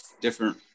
different